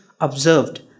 observed